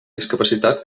discapacitat